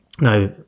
Now